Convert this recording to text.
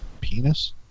penis